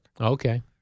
Okay